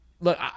look